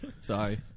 Sorry